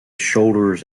shoulders